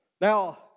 Now